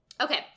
Okay